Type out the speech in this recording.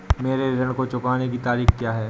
मेरे ऋण को चुकाने की तारीख़ क्या है?